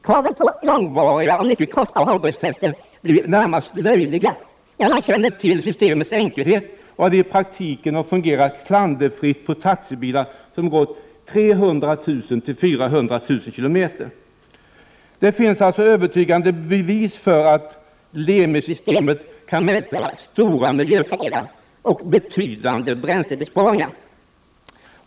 Kraven på långvariga och mycket kostsamma hållbarhetstester blir närmast löjliga när man känner till systemets enkelhet och att det i praktiken har fungerat klanderfritt i taxibilar som gått 300 000-400 000 km. Det finns alltså övertygande bevis för att Lemi-systemet kan medföra stora miljöfördelar och betydande bränslebesparingar.